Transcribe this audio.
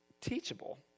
teachable